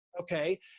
okay